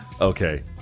Okay